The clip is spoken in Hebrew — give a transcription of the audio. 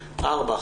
ארבע,